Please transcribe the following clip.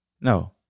No